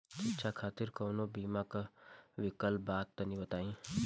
शिक्षा खातिर कौनो बीमा क विक्लप बा तनि बताई?